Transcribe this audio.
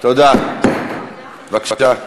בבקשה,